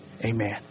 Amen